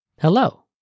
Hello